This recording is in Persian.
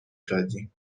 دادیم